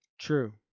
true